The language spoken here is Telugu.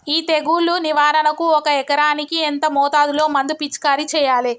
ఈ తెగులు నివారణకు ఒక ఎకరానికి ఎంత మోతాదులో మందు పిచికారీ చెయ్యాలే?